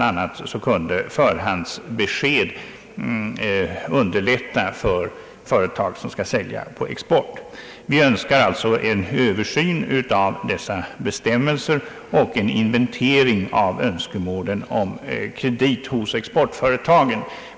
a. kunde förhandsbesked underlätta för företag som skall sälja på export. Motionärerna önskar en översyn av bestämmelserna på området och en inventering av exportföretagens önskemål om kredit.